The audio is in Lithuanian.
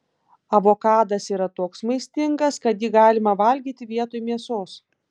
avokadas yra toks maistingas kad jį galima valgyti vietoj mėsos